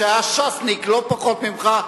שהיה ש"סניק לא פחות ממך,